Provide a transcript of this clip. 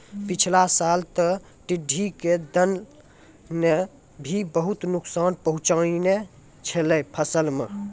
पिछला साल तॅ टिड्ढी के दल नॅ भी बहुत नुकसान पहुँचैने छेलै फसल मॅ